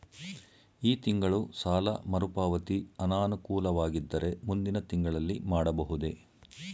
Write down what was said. ಈ ತಿಂಗಳು ಸಾಲ ಮರುಪಾವತಿ ಅನಾನುಕೂಲವಾಗಿದ್ದರೆ ಮುಂದಿನ ತಿಂಗಳಲ್ಲಿ ಮಾಡಬಹುದೇ?